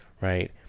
right